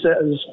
says